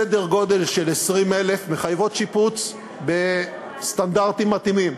סדר גודל של 20,000 מחייבות שיפוץ בסטנדרטים מתאימים.